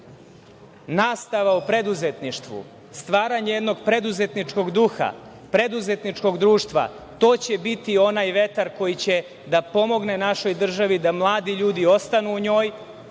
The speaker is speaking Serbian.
nastava o preduzetništvu, stvaranje jednog preduzetničkog duha, preduzetničkog društva. To će biti onaj vetar koji će da pomogne našoj državi, da mladi ljudi ostanu u njoj